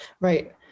right